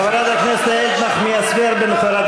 חברת הכנסת איילת נחמיאס ורבין וחברת